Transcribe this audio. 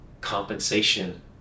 compensation